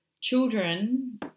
Children